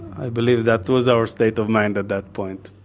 i believe that was our state of mind at that point